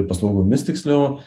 paslaugomis tiksliau